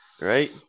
right